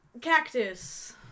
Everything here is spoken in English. Cactus